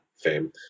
fame